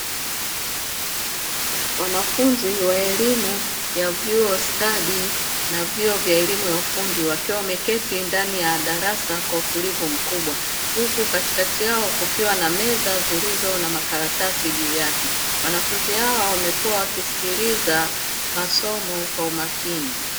Wanafunzi wa elimu ya vyuo stadi na vyuo vya elimu ya ufundi wakiwa wameketi ndani ya darasa kwa utulivu mkubwa, huku katikati yao kukiwa na meza zilizo na makaratasi juu yake. Wanafunzi hawa wamekuwa wakisikiliza masomo kwa umakini.